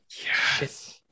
Yes